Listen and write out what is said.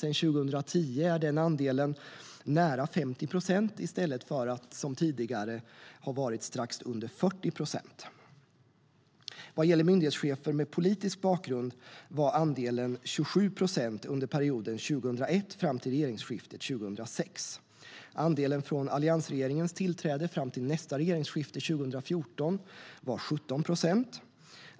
Sedan 2010 är den andelen nära 50 procent i stället för som tidigare strax under 40 procent. Vad gäller myndighetschefer med politisk bakgrund var andelen 27 procent under perioden 2001 fram till regeringsskiftet 2006. Andelen från alliansregeringens tillträde fram till nästa regeringsskifte 2014 var 17 procent.